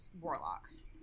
warlocks